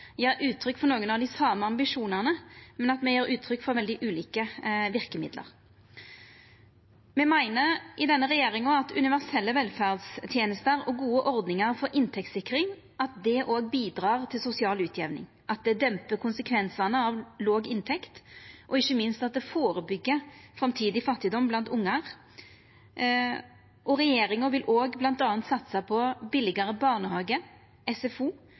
uttrykk for nokre av dei same ambisjonane, men me gjev uttrykk for veldig ulike verkemiddel. Denne regjeringa meiner at universelle velferdstenester og gode ordningar for inntektssikring bidreg til sosial utjamning, at det dempar konsekvensane av låg inntekt, og ikkje minst at det førebyggjer framtidig fattigdom blant ungar. Regjeringa vil bl.a. satsa på billigare barnehage og SFO